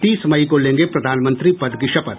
तीस मई को लेंगें प्रधानमंत्री पद की शपथ